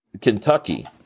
Kentucky